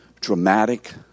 dramatic